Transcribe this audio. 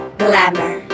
glamour